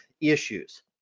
issues